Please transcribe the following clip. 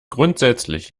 grundsätzlich